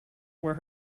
were